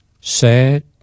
sad